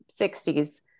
60s